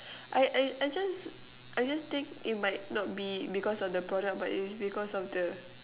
I I I just I just think it might not be because of the product but it's because of the